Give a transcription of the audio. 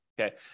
okay